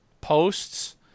posts